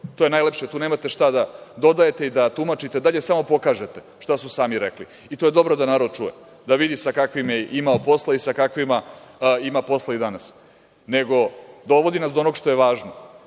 To je najlepše. Tu nemate šta da dodajete i da tumačite, samo pokažete šta su sami rekli, i to je dobro da narod čuje, da vidi sa kakvim je imao posla i sa kakvim ima posla i danas, nego dovodi nas do onoga što je važno